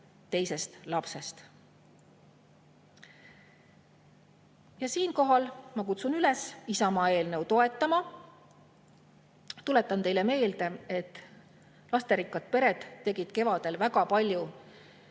teisest lapsest. Ja siinkohal ma kutsun üles Isamaa eelnõu toetama. Tuletan teile meelde, et lasterikkad pered tegid kevadel väga palju